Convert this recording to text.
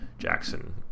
Jackson